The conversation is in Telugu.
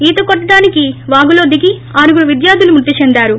ఈత కొట్లడానికి వాగులో దిగి ఆరుగురు విద్యార్లులు మృతి చెందారు